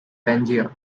pangaea